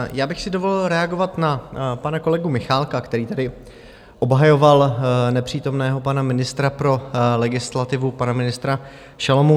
Já bych si dovolil reagovat na pana kolegu Michálka, který tedy obhajoval nepřítomného pana ministra pro legislativu, pana ministra Šalomouna.